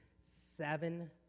seven